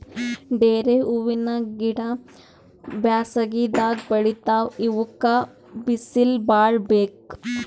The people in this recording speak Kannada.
ಡೇರೆ ಹೂವಿನ ಗಿಡ ಬ್ಯಾಸಗಿದಾಗ್ ಬೆಳಿತಾವ್ ಇವಕ್ಕ್ ಬಿಸಿಲ್ ಭಾಳ್ ಬೇಕ್